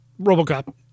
Robocop